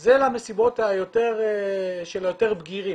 זה למסיבות של היותר בגירים.